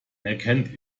erkennt